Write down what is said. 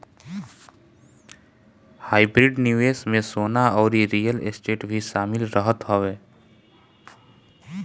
hybrid निवेश में सोना अउरी रियल स्टेट भी शामिल रहत हवे